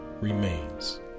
remains